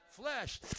flesh